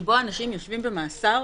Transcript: המצב